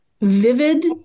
vivid